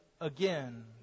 again